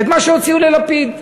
את מה שהוציאו ללפיד.